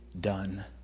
done